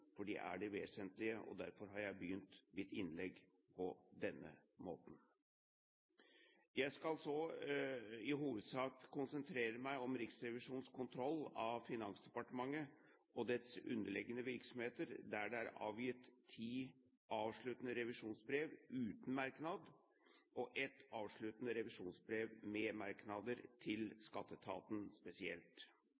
er det vesentlige, og derfor har jeg begynt mitt innlegg på denne måten. Jeg skal så i hovedsak konsentrere meg om Riksrevisjonens kontroll av Finansdepartementet og dets underliggende virksomheter, der det er avgitt ti avsluttende revisjonsbrev uten merknad og ett avsluttende revisjonsbrev med merknader til